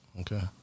Okay